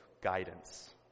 guidance